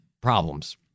problems